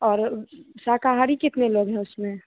और शाकाहारी कितने लोग हैं उसमें